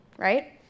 right